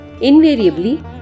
Invariably